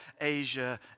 Asia